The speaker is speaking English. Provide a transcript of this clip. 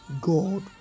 God